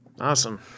Awesome